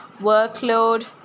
workload